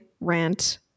rant